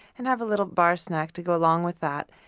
and have a little bar snack to go along with that.